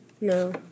No